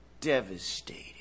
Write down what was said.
devastating